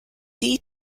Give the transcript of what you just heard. lead